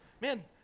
man